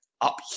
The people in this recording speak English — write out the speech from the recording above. up